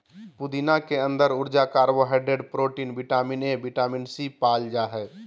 पुदीना के अंदर ऊर्जा, carbohydrate, protein, vitamin A, vitamin C, पाल जा हइ